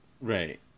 Right